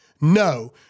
No